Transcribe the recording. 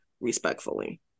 respectfully